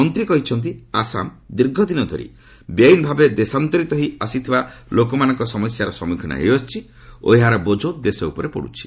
ମନ୍ତ୍ରୀ କହିଛନ୍ତି ଆସାମ ଦୀର୍ଘଦିନ ଧରି ବେଆଇନ୍ ଭାବେ ଦେଶାନ୍ତରିତ ହୋଇ ଆସିଥିବା ଲୋକମାନଙ୍କ ସମସ୍ୟାର ସମ୍ମୁଖୀନ ହୋଇ ଆସୁଛି ଓ ଏହାର ବୋଝ ଦେଶ ଉପରେ ପଡ଼ୁଛି